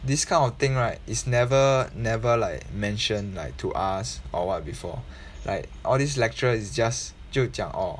this kind of thing right is never never like mentioned like to us or what before like all these lecturer is just 就讲 orh